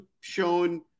shown